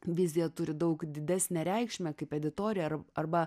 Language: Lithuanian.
vizija turi daug didesnę reikšmę kaip editorija ar arba